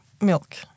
milk